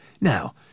Now